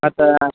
ಮತ್ತು